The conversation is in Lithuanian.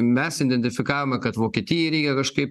mes identifikavome kad vokietijai reikia kažkaip